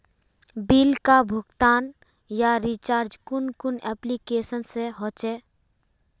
Bill का भुगतान या रिचार्ज कुन कुन एप्लिकेशन से होचे?